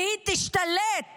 והיא תשתלט